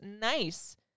nice